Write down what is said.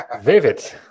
Vivid